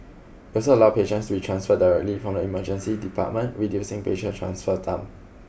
it also allows patients to be transferred directly from the Emergency Department reducing patient transfer time